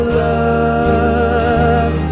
love